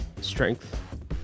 strength